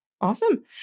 Awesome